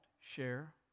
share